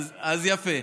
יפה.